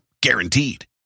guaranteed